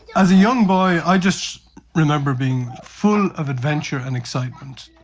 as a young boy i just remember being full of adventure and excitement.